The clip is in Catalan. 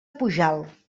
pujalt